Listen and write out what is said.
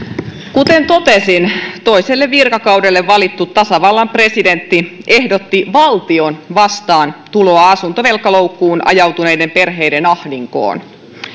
kuten totesin toiselle virkakaudelle valittu tasavallan presidentti ehdotti valtion vastaantuloa asuntovelkaloukkuun ajautuneiden perheiden ahdinkoon